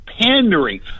pandering